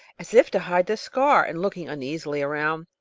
as if to hide the scar, and looking uneasily around.